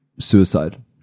suicide